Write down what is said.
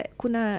kuna